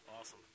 Awesome